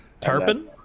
Tarpon